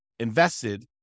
invested